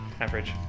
average